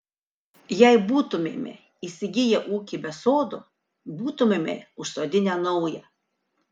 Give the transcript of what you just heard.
jei būtumėme įsigiję ūkį be sodo būtumėme užsodinę naują